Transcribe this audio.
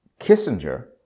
Kissinger